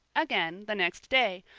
again, the next day,